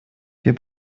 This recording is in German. wir